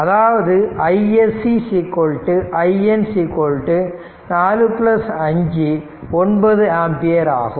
அதாவது iSC IN 4 5 9 ampere ஆகும்